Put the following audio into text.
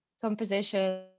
composition